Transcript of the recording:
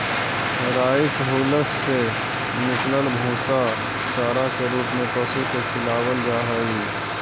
rice hulls से निकलल भूसा चारा के रूप में पशु के खिलावल जा हई